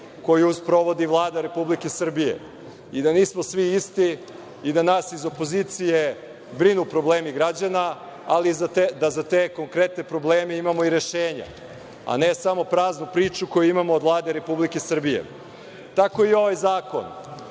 koju sprovodi Vlada Republike Srbije, da nismo svi isti i da nas iz opozicije brinu problemi građana, ali da za te konkretne probleme imamo i rešenja, a ne samo praznu priču koju imamo od Vlade Republike Srbije. Tako i ovaj zakon.